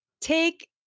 take